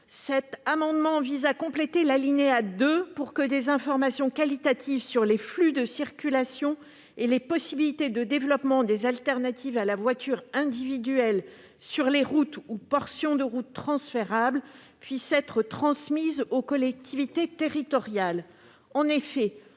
Cet amendement vise à compléter l'alinéa 2, pour que des informations qualitatives sur les flux de circulation et les possibilités de développement des alternatives à la voiture individuelle, sur les routes ou portions de route transférables, puissent être transmises aux collectivités territoriales.